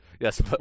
Yes